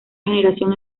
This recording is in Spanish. generación